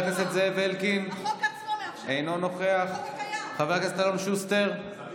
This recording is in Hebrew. לפני שחוקקנו את החוק בית המשפט העליון אמר.